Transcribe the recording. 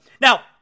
now